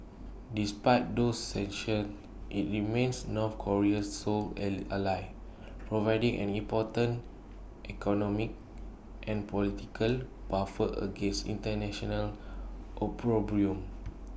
despite those sanctions IT remains north Korea's sole alley ally providing an important economic and political buffer against International opprobrium